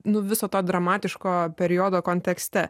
nu viso to dramatiško periodo kontekste